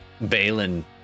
Balin